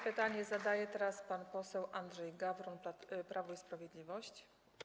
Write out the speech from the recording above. Pytanie zadaje teraz pan poseł Andrzej Gawron, Prawo i Sprawiedliwość.